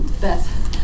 Beth